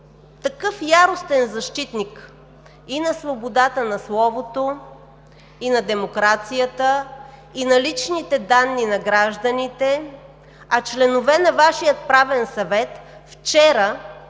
такъв яростен защитник и на свободата на словото, и на демокрацията, и на личните данни на гражданите, а членове на Вашия Правен съвет вчера